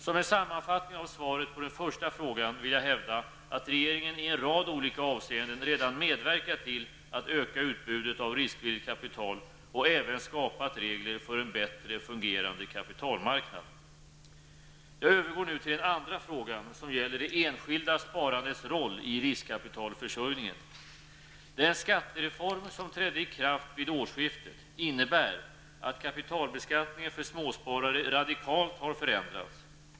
Som en sammanfattning av svaret på den första frågan vill jag hävda att regeringen i en rad olika avseenden redan medverkat till att öka utbudet av riskvilligt kapital och även skapat regler för en bättre fungerande kapitalmarknad. Jag övergår nu till den andra frågan, som gäller det enskilda sparandets roll i riskkapitalförsörjningen. Den skattereform som trädde i kraft vid årsskiftet innebär att kapitalbeskattningen för småsparare radikalt har förändrats.